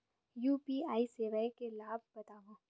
UPI सेवाएं के लाभ बतावव?